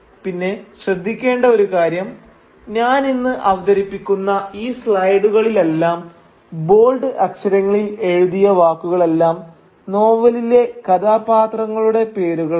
പിന്നെ ശ്രദ്ധിക്കേണ്ട ഒരു കാര്യം ഞാനിന്ന് അവതരിപ്പിക്കുന്ന ഈ സ്ലൈഡുകളിലെല്ലാം ബോൾഡ് അക്ഷരങ്ങളിൽ എഴുതിയ വാക്കുകളെല്ലാം നോവലിലെ കഥാപാത്രങ്ങളുടെ പേരുകളാണ്